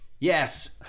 yes